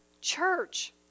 church